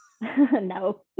no